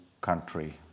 country